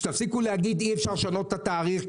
שיפסיקו להגיד שאי אפשר לשנות את התאריך.